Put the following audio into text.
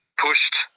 pushed